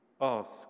ask